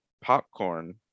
popcorn